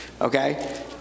Okay